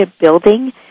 building